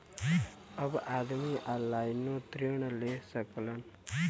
अब आदमी ऑनलाइनों ऋण ले सकलन